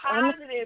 positive